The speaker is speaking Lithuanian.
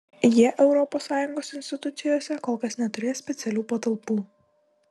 jie europos sąjungos institucijose kol kas neturės specialių patalpų